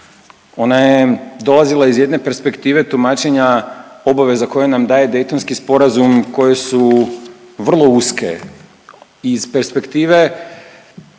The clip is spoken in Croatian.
ona je dolazila iz jedne perspektive tumačenja obaveza koje nam daje Daytonski sporazum koje su vrlo uske i iz perspektive